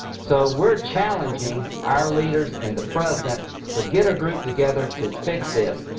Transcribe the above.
so we're challenging our leaders and the president to get a group together to fix this.